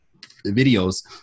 videos